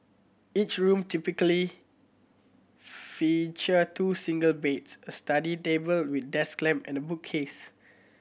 each room typically feature two single beds a study table with desk lamp and bookcas